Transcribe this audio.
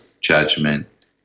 judgment